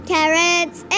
Carrots